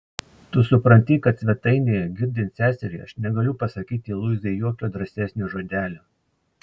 tu supranti kad svetainėje girdint seseriai aš negaliu pasakyti luizai jokio drąsesnio žodelio